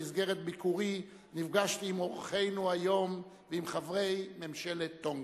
במסגרת ביקורי נפגשתי עם אורחינו היום ועם חברי ממשלת טונגה.